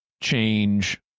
change